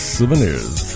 Souvenirs